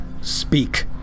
Speak